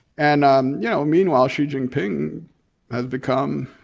and um yeah meanwhile xi jinping has become